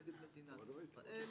נגד מדינת ישראל,